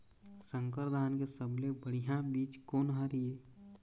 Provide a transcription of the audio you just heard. संकर धान के सबले बढ़िया बीज कोन हर ये?